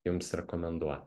jums rekomenduoti